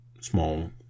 small